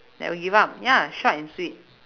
never give up ya short and sweet